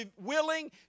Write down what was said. willing